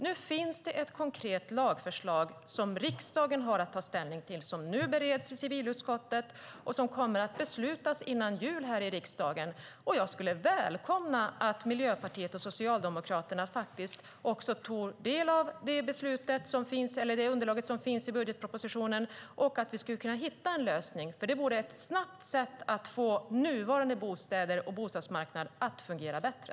Nu finns, som sagt, ett konkret lagförslag som riksdagen har att ta ställning till. Det bereds i civilutskottet och kommer att beslutas om i riksdagen före jul. Jag skulle välkomna att Miljöpartiet och Socialdemokraterna tog del av det underlag som finns i budgetpropositionen och att vi kunde hitta en lösning. Det vore ett snabbt sätt att få nuvarande bostadsmarknad att fungera bättre.